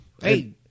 Hey